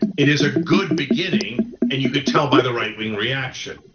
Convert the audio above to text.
it is a good beginning and you could tell by the right-wing reaction,